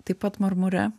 taip pat marmure